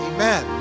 Amen